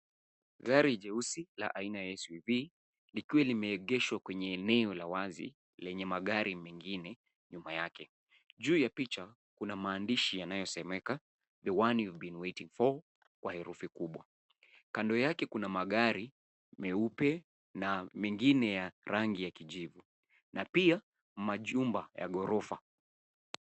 Gari jeusi la aina ya SUV likiwa limeegeshwa kwenye eneo la wazi lenye magari mengine nyuma yake. Juu ya picha kuna maandishi makubwa yanayosema, THE ONE YOU'VE BEEN WAITING FOR kwa herufi kubwa. Kando yake kuna magari meupe na mengine ya rangi ya kijivu, na pia majumba ya ghorofa.